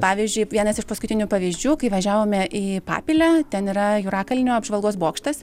pavyzdžiui vienas iš paskutinių pavyzdžių kai važiavome į papilę ten yra jūrakalnio apžvalgos bokštas